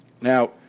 Now